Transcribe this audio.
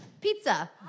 pizza